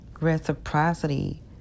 reciprocity